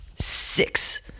Six